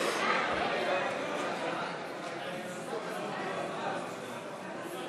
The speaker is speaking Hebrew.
הצעת סיעת המחנה הציוני להביע